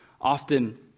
Often